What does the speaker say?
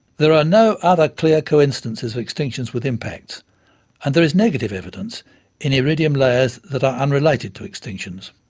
there are no other clear coincidences of extinctions with impacts and there is negative evidence in iridium layers that are unrelated to extinctions.